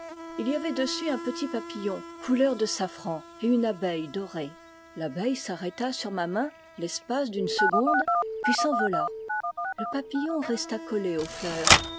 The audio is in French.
il y avait dessus un petit papillon couleur de safran et une abeille dorée l'abeille s'arrêta sur ma main l'espace d'une seconde puis s'envola le papillon resta collé aux fleurs